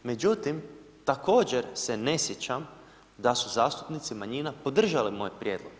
Međutim, također se ne sjećam da su zastupnici manjina podržale moj prijedlog.